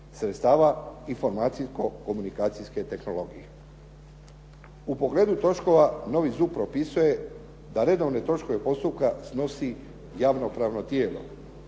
sredstava i formacijsko-komunikacijske tehnologije. U pogledu troškova, novi ZUP propisuje da redovne troškove postupka snosi javno-pravno tijelo,